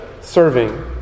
serving